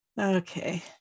Okay